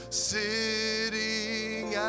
sitting